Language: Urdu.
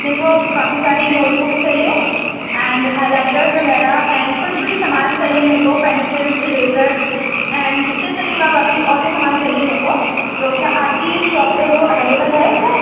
میکو کافی ساری نوٹبکس چاہیے اینڈ ہائلائٹرس وغیرہ اینڈ چھوٹے چھوٹے سامان چاہیے میکو پینسلس ایریزرس اینڈ اسٹیشنری کا باقی اور بھی سامان چاہیے میکو تو کیا آپ کی شاپ پہ وہ اویلیبل ہے اس وقت